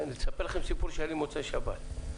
אספר לכם סיפור שהיה לי במוצאי שבת.